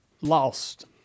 lost